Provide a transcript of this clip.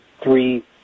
three